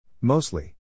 Mostly